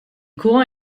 courants